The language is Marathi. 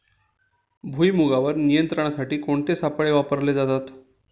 भुईमुगावर नियंत्रणासाठी कोणते सापळे वापरले जातात?